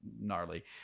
gnarly